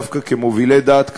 דווקא כמובילי דעת קהל,